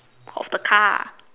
of the car